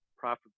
Profit